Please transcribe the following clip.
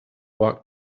walked